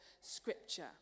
scripture